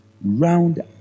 round